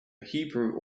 hebrew